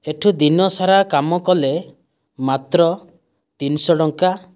ଏଠୁ ଦିନସାରା କାମ କଲେ ମାତ୍ର ତିନିଶହ ଟଙ୍କା